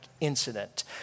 incident